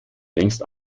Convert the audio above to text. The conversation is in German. längst